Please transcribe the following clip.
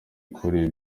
ukuri